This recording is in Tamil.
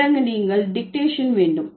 பிறகு நீங்கள் டிக்டேஷன் வேண்டும்